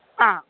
ആ